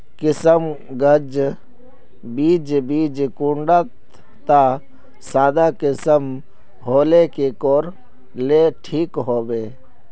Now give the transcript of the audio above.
किसम गाज बीज बीज कुंडा त सादा किसम होले की कोर ले ठीक होबा?